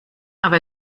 aber